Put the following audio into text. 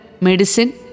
medicine